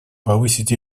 повысить